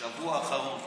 בשבוע האחרון,